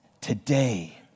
today